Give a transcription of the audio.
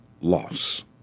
loss